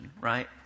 right